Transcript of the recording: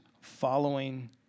following